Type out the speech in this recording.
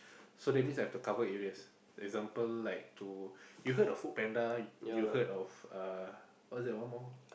so that means I have to cover areas example like to you heard of Food-Panda you heard of uh what's that one more